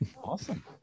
Awesome